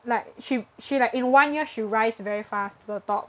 like she she like in one year she rise very fast to the top